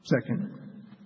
Second